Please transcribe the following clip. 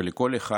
ולכל אחד